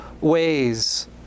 ways